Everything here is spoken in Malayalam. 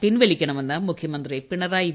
പിൻവലിക്കണമെന്ന് മുഖ്യമന്ത്രി പിണറായിവിജയൻ